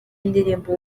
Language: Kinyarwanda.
indirimbo